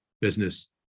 business